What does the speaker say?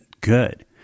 good